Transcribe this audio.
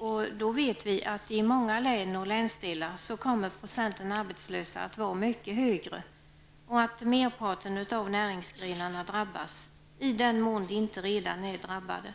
Vi vet att andelen arbetslösa i många län och länsdelar kommer att vara mycket högre och att merparten näringsgrenar drabbas, i den mån de inte redan är drabbade.